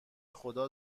خدا